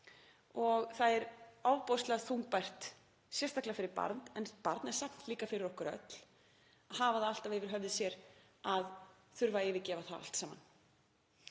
Það er ofboðslega þungbært, sérstaklega fyrir barn en samt líka fyrir okkur öll, að hafa það alltaf yfir höfði sér að þurfa að yfirgefa það allt saman.